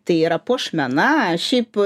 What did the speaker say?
tai yra puošmena šiaip